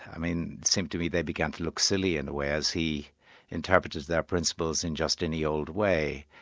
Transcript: i mean seemed to me they began to look silly in a way, as he interpreted their principles in just in the old way.